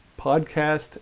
podcast